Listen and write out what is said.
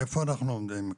איפה אנחנו עומדים?